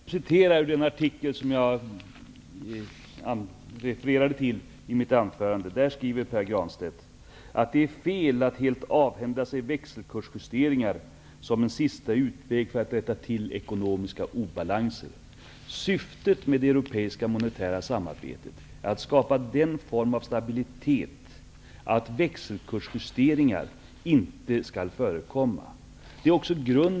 Fru talman! Jag ber att få citera ur den artikel som jag refererade till i mitt anförande. Där skriver Pär Granstedt att ''det är fel att helt avhända sig växelkursjusteringar som en sista utväg för att rätta till ekonomiska obalanser''. Syftet med det europeiska monetära samarbetet är att skapa den form av stabilitet som gör att växelkursjusteringar inte skall förekomma. Det är grunden.